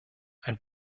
ein